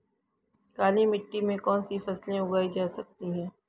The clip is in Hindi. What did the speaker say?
काली मिट्टी में कौनसी फसलें उगाई जा सकती हैं?